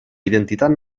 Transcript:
identitat